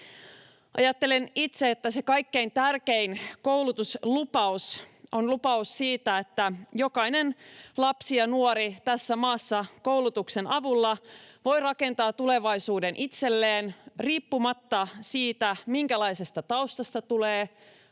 Ajattelen itse, että se kaikkein tärkein koulutuslupaus on lupaus siitä, että jokainen lapsi ja nuori tässä maassa koulutuksen avulla voi rakentaa tulevaisuuden itselleen riippumatta siitä, minkälaisesta taustasta tulee, riippumatta